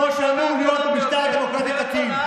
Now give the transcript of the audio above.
כמו שאמור להיות במשטר דמוקרטי תקין.